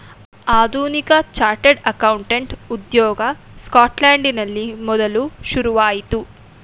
ಆಧುನಿಕ chartered accountant ಉದ್ಯೋಗ ಸ್ಕಾಟ್ಲೆಂಡಿನಲ್ಲಿ ಮೊದಲು ಶುರುವಾಯಿತು